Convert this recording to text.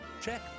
check